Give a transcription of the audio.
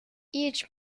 each